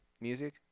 music